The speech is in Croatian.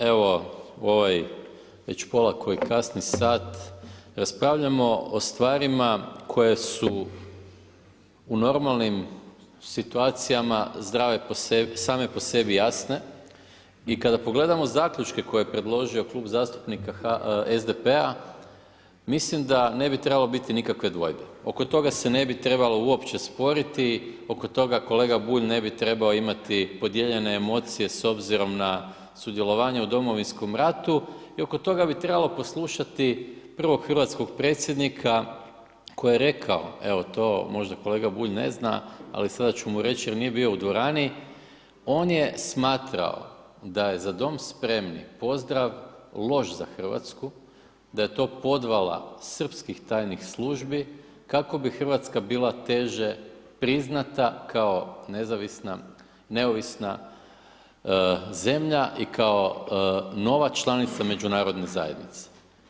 Evo u ovaj već polako i kasni sat raspravljamo o stvarima koje su u normalnim situacijama zdrave same po sebi jasne i kada pogledamo Zaključke koje je predložio klub zastupnika SDP-a, mislim da ne bi trebalo biti nikakve dvojbe, oko toga se ne bi trebalo uopće sporiti, oko toga kolega Bulj, ne bi trebao imati podijeljene emocije s obzirom na sudjelovanje u domovinskom ratu i oko toga bi trebalo poslušati prvog hrvatskog predsjednika koji je rekao, evo, to možda kolega Bulj ne zna, ali sada ću mu reći jer nije bio u dvorani, on je smatrao da je „Za dom spremni“ pozdrav loš za RH, da je to podvala srpskih tajnih službi, kako bi RH bila teže priznata kao nezavisna, neovisna zemlja i kao nova članica međunarodne zajednice.